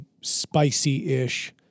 spicy-ish